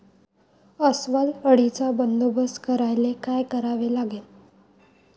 अस्वल अळीचा बंदोबस्त करायले काय करावे लागन?